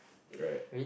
right